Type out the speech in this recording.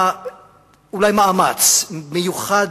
אולי הצבא צריך לעשות מאמץ מיוחד